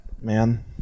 man